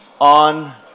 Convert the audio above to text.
on